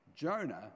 Jonah